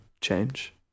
change